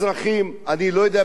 אני לא יודע באיזו צורה,